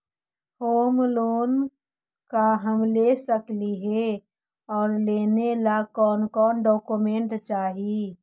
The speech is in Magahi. होम लोन का हम ले सकली हे, और लेने ला कोन कोन डोकोमेंट चाही?